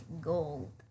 gold